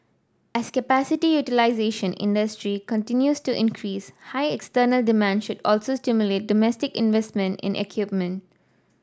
as capacity utilisation in industry continues to increase high external demand should also stimulate domestic investment in equipment